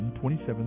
27